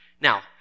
Now